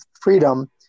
freedom